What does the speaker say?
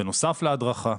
בנוסף להדרכה,